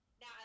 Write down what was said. Now